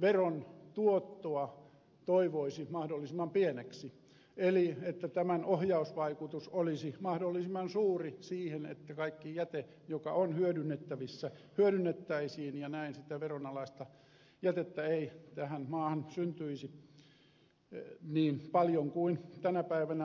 veron tuottoa toivoisi mahdollisimman pieneksi eli jonka ohjausvaikutuksen toivoisi olevan mahdollisimman suuri siihen että kaikki jäte joka on hyödynnettävissä hyödynnettäisiin ja näin sitä veronalaista jätettä ei tähän maahan syntyisi niin paljon kuin tänä päivänä syntyy